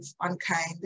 unkind